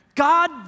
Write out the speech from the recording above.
God